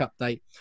update